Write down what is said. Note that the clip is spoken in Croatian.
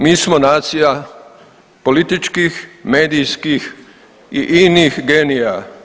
Mi smo nacija političkih, medijskih i inih genija.